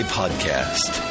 podcast